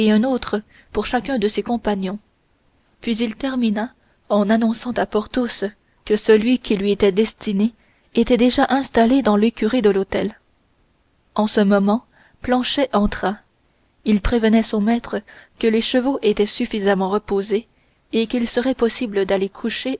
un autre pour chacun de ses compagnons puis il termina en annonçant à porthos que celui qui lui était destiné était déjà installé dans l'écurie de l'hôtel en ce moment planchet entra il prévenait son maître que les chevaux étaient suffisamment reposés et qu'il serait possible d'aller coucher